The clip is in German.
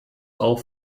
auch